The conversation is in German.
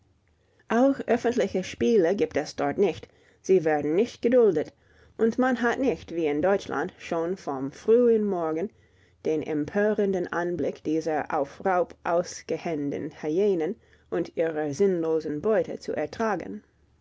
auch öffentliche spiele gibt es dort nicht sie werden nicht geduldet und man hat nicht wie in deutschland schon vom frühen morgen den empörenden anblick dieser auf raub ausgehenden hyänen und ihrer sinnlosen beute zu ertragen